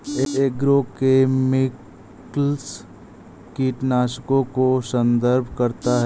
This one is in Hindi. एग्रोकेमिकल्स कीटनाशकों को संदर्भित करता है